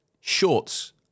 shorts